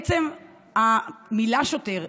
עצם המילה "שוטר",